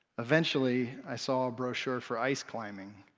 eventually, i saw a brochure for ice climbing.